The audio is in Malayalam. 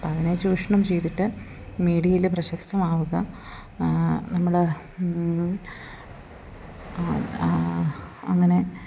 അപ്പം അതിനെ ചൂഷണം ചെയ്തിട്ട് മീഡിയയിൽ പ്രശസ്തമാവുക നമ്മൾ അങ്ങനെ